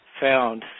found